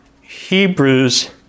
Hebrews